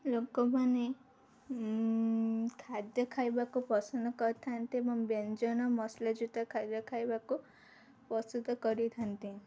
ଲୋକମାନେ ଖାଦ୍ୟ ଖାଇବାକୁ ପସନ୍ଦ କରିଥାନ୍ତି ଏବଂ ବ୍ୟଞ୍ଜନ ମସଲାଯୁକ୍ତ ଖାଦ୍ୟ ଖାଇବାକୁ ପସ୍ତୁତ କରିଥାନ୍ତି